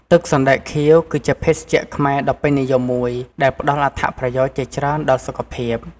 ទឹកសណ្ដែកខៀវ គឺជាភេសជ្ជៈខ្មែរដ៏ពេញនិយមមួយ ដែលផ្តល់អត្ថប្រយោជន៍ជាច្រើនដល់សុខភាព។